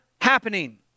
happening